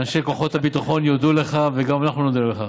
אנשי כוחות הביטחון יודו לך, וגם אנחנו נודה לך.